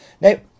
Now